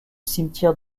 cimetière